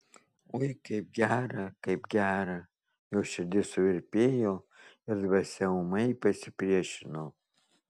oi kaip gera kaip gera jos širdis suvirpėjo ir dvasia ūmai pasipriešino